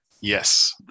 Yes